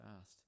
asked